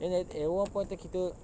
then at at one point tahu kita